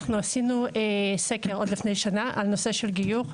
אנחנו עשינו סקר עוד לפני על נושא של גיור,